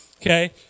Okay